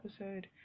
episode